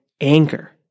anger